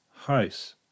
House